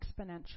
exponential